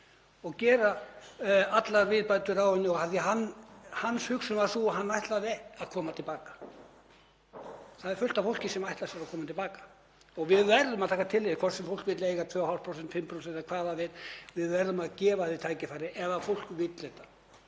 og gera allar viðbætur á henni því að hans hugsun var sú að hann ætlaði að koma til baka. Það er fullt af fólki sem ætlar sér að koma til baka. Við verðum að taka tillit til þess, hvort sem fólk vill eiga 2,5%, 5% eða hvað, við verðum að gefa því tækifæri ef fólk vill þetta.